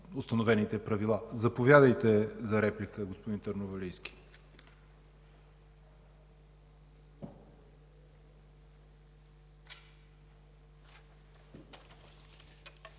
установените правила. Заповядайте за реплика, господин Търновалийски.